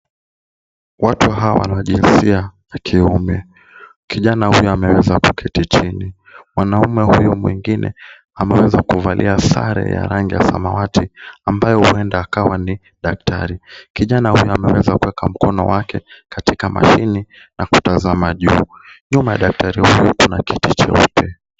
Watu hawa wana jinsia ya kiume. Kijana huyu ameweza kuketi chini. Mwanaume huyu mwingine ameweza kuvalia sare ya rangi ya samawati ambayo huenda akawa ni daktari. Kijana huyu ameweza kuweka mkono wake katika mashine na kutazama juu. Nyuma daktari wawili kuna kiti cheupe.